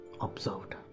observed